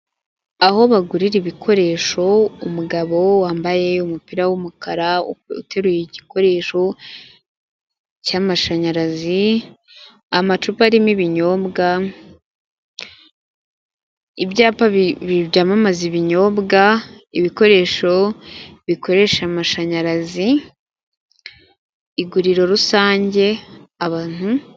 Aho bagurira ibikoresho, umugabo wambaye umupira w'umukara uteruye igikoresho cy'amashanyarazi, amacupa arimo ibinyobwa, ibyapa byamamaza ibinyobwa, ibikoresho bikoresha amashanyarazi, iguriro rusange abantu.